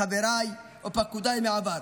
חבריי או פקודיי מהעבר.